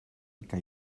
que